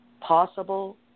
possible